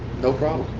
no problem.